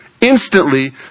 Instantly